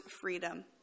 freedom